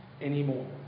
anymore